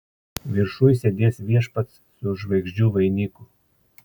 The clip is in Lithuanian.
viršuj sėdės viešpats su žvaigždžių vainiku